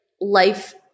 life